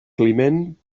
climent